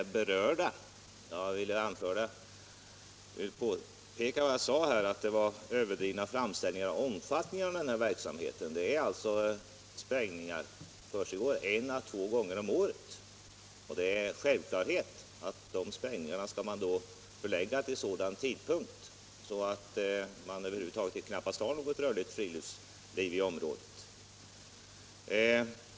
Jag vill påpeka vad jag sade, att det gjorts överdrivna framställningar beträffande omfattningen av den här verksamheten. Sprängningar skall försiggå en å två gånger om året. Det är en självklarhet att man skall förlägga de sprängningarna till sådan tidpunkt då det knappast förekommer något rörligt friluftsliv i området.